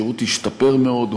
השירות השתפר מאוד,